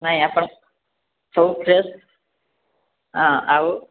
ନାହିଁ ଆପଣ ସବୁ ଫ୍ରେଶ୍ ହଁ ଆଉ